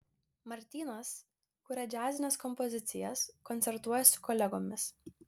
martynas kuria džiazines kompozicijas koncertuoja su kolegomis